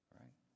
right